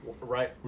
right